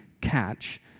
catch